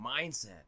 mindset